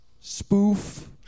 Spoof